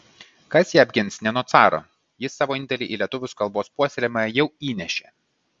kas ją apgins ne nuo caro jis savo indėlį į lietuvių kalbos puoselėjimą jau įnešė